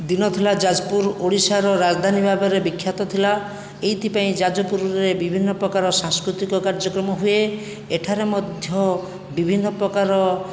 ଦିନ ଥିଲା ଯାଜପୁର ଓଡ଼ିଶାର ରାଜଧାନୀ ଭାବରେ ବିଖ୍ୟାତ ଥିଲା ଏଥିପାଇଁ ଯାଜପୁରରେ ବିଭିନ୍ନ ପ୍ରକାର ସାଂସ୍କୃତିକ କାର୍ଯ୍ୟକ୍ରମ ହୁଏ ଏଠାରେ ମଧ୍ୟ ବିଭିନ୍ନ ପ୍ରକାରର